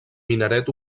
minaret